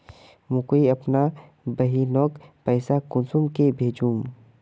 मुई अपना बहिनोक पैसा कुंसम के भेजुम?